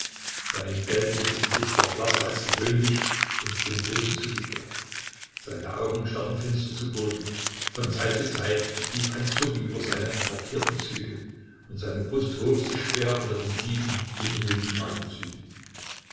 sein gelbliches gesicht war blasser als gewöhnlich und dem boden zugekehrt seine augen starrten finster zu boden von zeit zu zeit lief ein zucken über seine markierten züge und seine brust hob sich schwer unter den tiefen unruhigen atemzügen